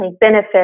benefit